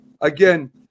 again